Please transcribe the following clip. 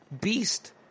Beast